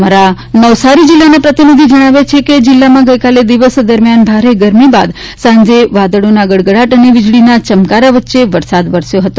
અમારા નવસારી જિલ્લાના પ્રતિનિધિ જણાવે છે કે જિલ્લામાં ગઈકાલે દિવસ દરમિયાન ભારે ગરમી બાદ સાંજે વાદળોના ગડગડાટ અને વીજળી ચમકારા વચ્ચે વરસાદ વરસ્યો હતો